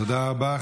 תודה רבה.